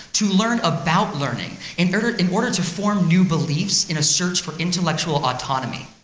to learn about learning in order in order to form new beliefs in a search for intellectual autonomy.